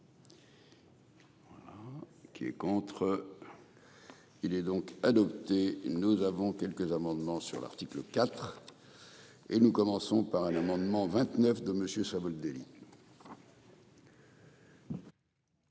Qui est contre. Il est donc adopté. Nous avons quelques amendements sur l'article IV. Et nous commençons par un amendement 29 de monsieur Savoldelli.